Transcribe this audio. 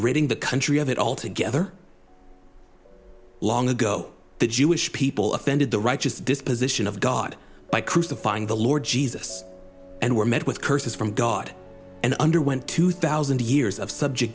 breaking the country of it altogether long ago the jewish people offended the righteous disposition of god by crucifying the lord jesus and were met with curses from god and underwent two thousand years of subj